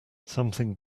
something